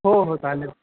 हो हो चालेल